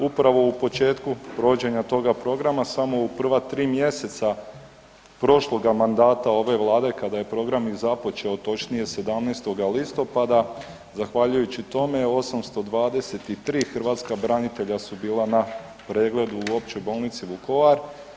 Upravo u početku provođenja tog programa samo u prva 3 mjeseca prošloga mandata ove Vlade kada je program i započeo točnije 17. listopada zahvaljujući tome 823 hrvatska branitelja su bila na pregledu u Općoj bolnici Vukovar.